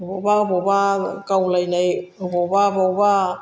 बबावबा बबावबा गावलानाय बबावबा बबावबा